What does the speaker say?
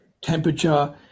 temperature